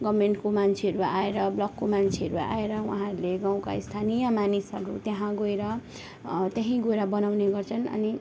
गभर्मेन्टको मान्छेहरू आएर ब्लकको मान्छेहरू आएर उहाँहरूले गाउँका स्थानीय मानिसहरू त्यहाँ गएर त्यही गएर बनाउने गर्छन् अनि